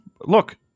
Look